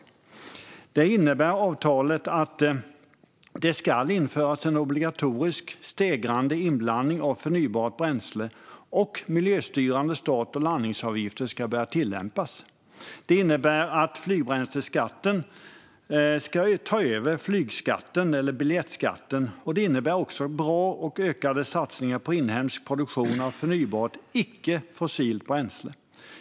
Avtalet innebär att det ska införas en obligatorisk stegrande inblandning av förnybart bränsle, och miljöstyrande start och landningsavgifter ska börja tillämpas. Det innebär att flygbränsleskatten ska ta över flygskatten, eller biljettskatten, och det innebär också bra och ökade satsningar på inhemsk produktion av förnybart icke-fossilt bränsle.